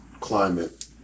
climate